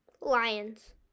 Lions